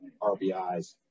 RBIs